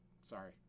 Sorry